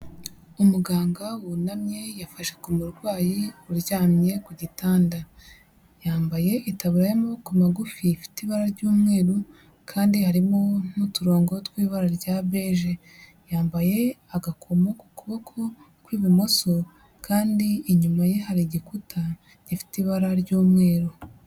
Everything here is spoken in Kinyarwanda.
Umuganga wunamye yafashe k'umurwayi uryamye ku gitanda, yambaye itaburiya y'amaboko magufi ifite ibara ry'umweru kandi harimo n'uturongo tw'ibara rya beje, yambaye agakomo ku kuboko kw'ibumoso kandi inyuma ye hari igikuta gifite ibara ry'umweru.